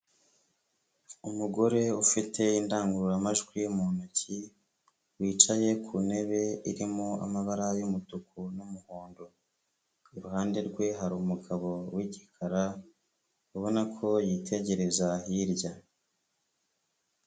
Umugore ufite indangururamajwi mu ntoki, wicaye ku ntebe irimo amabara y'umutuku n'umuhondo, iruhande rwe hari umugabo w'igikara ubona ko yitegereza hirya.